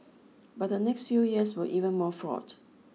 but the next few years were even more fraught